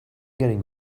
getting